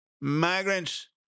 migrants